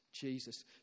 Jesus